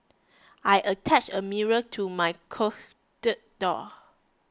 I attached a mirror to my closet door